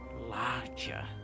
larger